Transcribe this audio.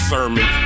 Sermon